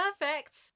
perfect